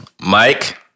Mike